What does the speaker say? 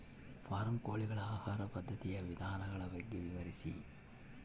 Form ಕೋಳಿಗಳ ಆಹಾರ ಪದ್ಧತಿಯ ವಿಧಾನಗಳ ಬಗ್ಗೆ ವಿವರಿಸಿ?